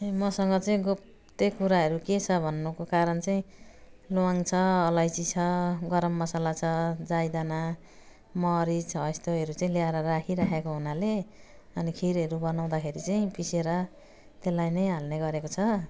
ए मसँग चाहिँ गुप्त कुराहरू के छ भन्नुको कारण चाहिँ ल्वाङ छ अलैँची छ गरम मसाला छ जाइदाना मरिच हो यस्तहरू चाहिँ ल्याएर राखिराखेको हुनाले अनि खिरहरू बनाउँदाखेरि चाहिँ पिसेर त्यसलाई नै हाल्ने गरेको छ